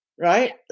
right